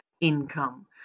income